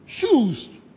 Shoes